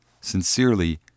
Sincerely